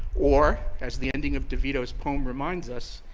or, as the ending of devito's poem reminds us,